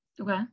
okay